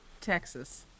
Texas